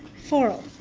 foral.